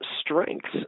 strengths